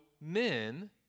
men